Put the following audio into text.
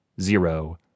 zero